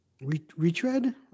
retread